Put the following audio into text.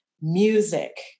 music